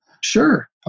Sure